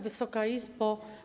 Wysoka Izbo!